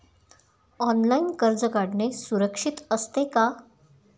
Online कर्ज काढणे सुरक्षित असते का?